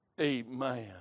Amen